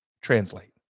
translate